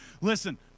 Listen